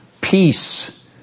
Peace